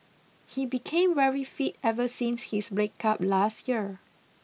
he became very fit ever since his breakup last year